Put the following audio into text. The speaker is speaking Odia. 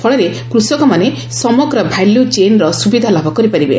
ଫଳରେ କୃଷକମାନେ ସମଗ୍ର ଭ୍ୟାଲ୍ୟୁ ଚେନ୍ର ସୁବିଧା ଲାଭ କରିପାରିବେ